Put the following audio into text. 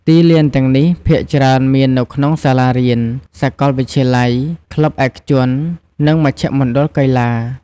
ទីលានទាំងនេះភាគច្រើនមាននៅក្នុងសាលារៀន សាកលវិទ្យាល័យ ក្លឹបឯកជន និងមជ្ឈមណ្ឌលកីឡា។